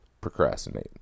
Procrastinate